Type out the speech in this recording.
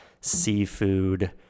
seafood